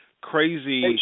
crazy